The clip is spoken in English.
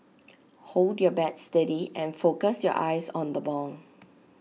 hold your bat steady and focus your eyes on the ball